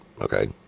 Okay